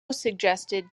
suggested